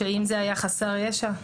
שאם זה היה חסר ישע?